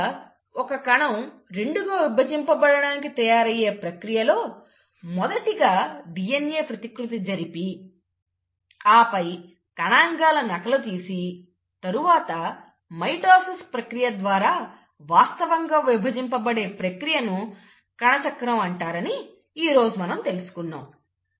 చివరిగా ఒక కణం రెండుగా విభజింపబడడానికి తయారయ్యే ప్రక్రియలో మొదటిగా DNA ప్రతికృతి జరిపి ఆపై కణాంగాల నకలు చేసి తరువాత మైటోసిస్ ప్రక్రియ ద్వారా వాస్తవంగా విభజింపబబడే ప్రక్రియను కణచక్రం అని అంటారని ఈరోజు మనం తెలుసుకున్నాము